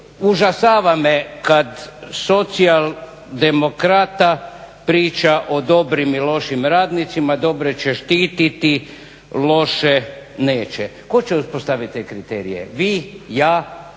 Užasava me kada socijaldemokrata priča o dobrim i lošim radnicima, dobre će štititi, loše neće. Tko će uspostaviti te kriterije? Vi, ja